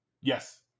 yes